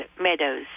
Meadows